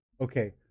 Okay